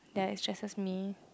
ya it stresses me